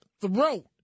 throat